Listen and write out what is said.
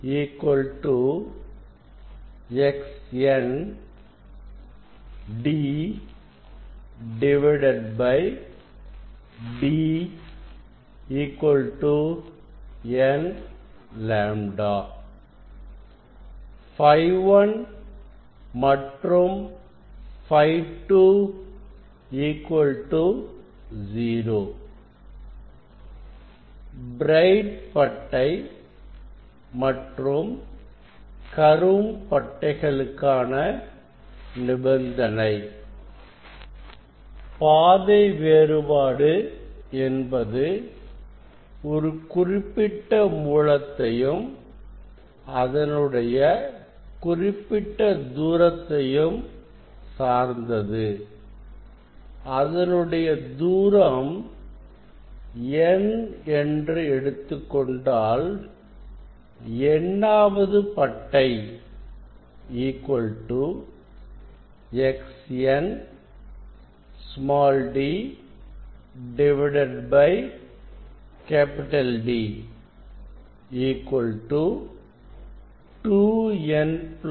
S2P xnd D n λ Φ 1 Φ 2 0 பிரைட்பட்டை மற்றும் கரும் பட்டைகளுக்கான நிபந்தனை பாதை வேறுபாடு என்பது ஒரு குறிப்பிட்ட மூலத்தையும் அதனுடைய குறிப்பிட்ட தூரத்தையும் சார்ந்தது அதனுடைய தூரம் n என்று எடுத்துக் கொண்டால் n ஆவது பட்டை Xn d D 2n1 λ2